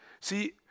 See